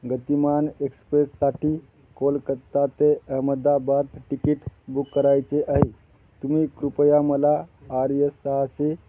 गतिमान एक्सप्रेससाठी कोलकत्ता ते अहमदाबाद तिकीट बुक करायचे आहे तुम्ही कृपया मला आर्य सहासे